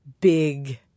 big